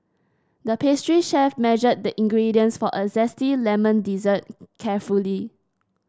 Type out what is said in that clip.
the pastry chef measured the ingredients for a zesty lemon dessert carefully